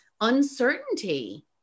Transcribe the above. uncertainty